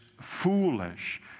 foolish